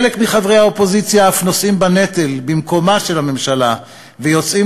חלק מחברי האופוזיציה אף נושאים בנטל במקומה של הממשלה ויוצאים